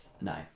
No